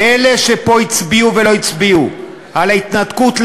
ואלה שפה הצביעו ולא הצביעו על ההתנתקות,